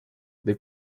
del